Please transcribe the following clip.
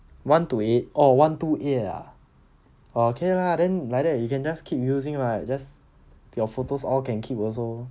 one two eight oh one two eight ah okay lah then like that you can just keep using [what] just your photos all can keep also